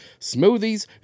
smoothies